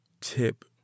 tip